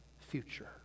future